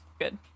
good